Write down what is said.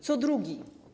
Co drugi.